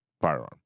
firearm